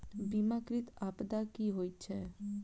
बीमाकृत आपदा की होइत छैक?